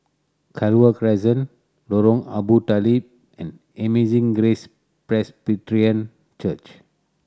Clover Crescent Lorong Abu Talib and Amazing Grace Presbyterian Church